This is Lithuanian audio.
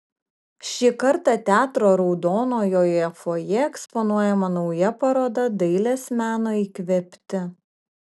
šį kartą teatro raudonojoje fojė eksponuojama nauja paroda dailės meno įkvėpti